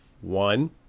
one